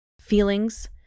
Feelings